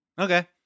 okay